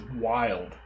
wild